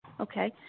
Okay